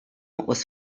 was